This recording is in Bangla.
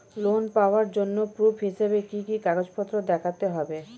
লোন পাওয়ার জন্য প্রুফ হিসেবে কি কি কাগজপত্র দেখাতে হবে?